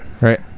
right